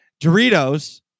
doritos